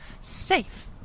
safe